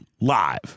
live